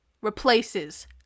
replaces